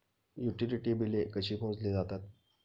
Utility बिले कशी मोजली जातात?